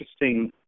interesting